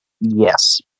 yes